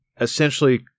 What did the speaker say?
essentially